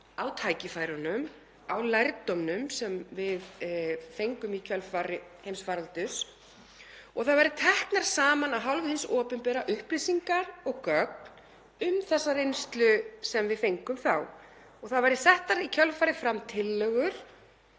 á tækifærunum, á lærdómnum sem við fengum í kjölfar heimsfaraldurs og að það verði teknar saman af hálfu hins opinbera upplýsingar og gögn um þessa reynslu sem við fengum þá og að það verði settar í kjölfarið fram tillögur